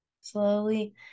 Slowly